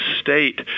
state